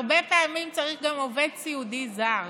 הרבה פעמים צריך גם עובד סיעוד זר.